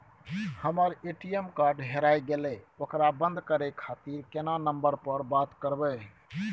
हमर ATM card हेराय गेले ओकरा बंद करे खातिर केना नंबर पर बात करबे?